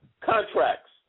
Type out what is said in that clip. Contracts